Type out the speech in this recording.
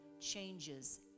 changes